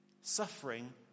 Suffering